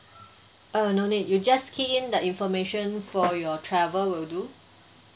uh no need you just key in the information for your travel will do